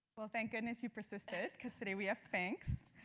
well, thank goodness, you persisted. because today, we have spanx.